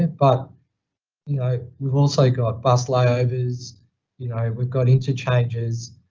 ah but you know, we've also got bus layovers, you know, we've got interchanges.